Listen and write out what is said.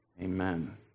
amen